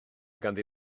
ganddi